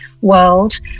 world